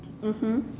mmhmm